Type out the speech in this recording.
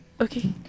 Okay